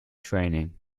training